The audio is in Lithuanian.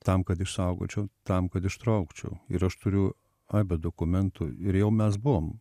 tam kad išsaugočiau tam kad ištraukčiau ir aš turiu aibę dokumentų ir jau mes buvom